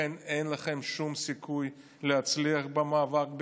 לכן אין לכם שום סיכוי להצליח במאבק בקורונה,